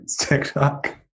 TikTok